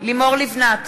לימור לבנת,